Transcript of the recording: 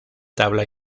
tabla